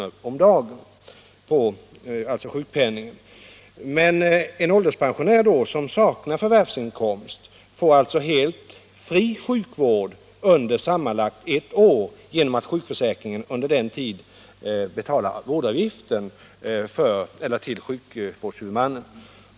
om dagen på sjukpenningen vid sjukhusvistelse. Men en ålderspensionär som saknar förvärvsinkomst får helt fri sjukvård under sammanlagt ett år genom att sjukförsäkringen under den tiden betalar vårdavgiften till sjukvårdshuvudmannen.